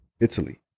Italy